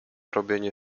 robienie